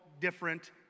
different